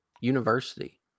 university